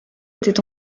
était